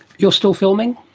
you're still filming?